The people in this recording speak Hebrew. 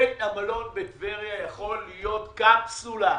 בית המלון בטבריה יכול להיות קפסולה,